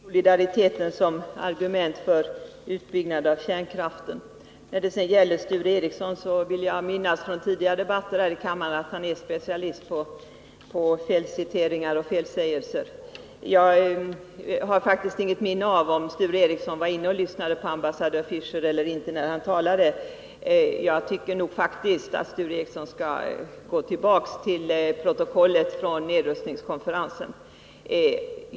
Herr talman! Jag noterar att herr Siegbahn använde solidariteten som argument för utbyggnad av kärnkraften. Vad Sture Eric«on beträffar vill jag från tidigare debatter här i kammaren minnas att han är specialist på felcitat och felsägningar. Jag har faktiskt inte något minne av att Sture Ericson var inne och lyssnade på ambassadör Fisher. Sture Ericson bör faktiskt gå tillbaka till protokollet från nedrustningskonferensen.